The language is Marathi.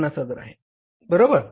150000 बरोबर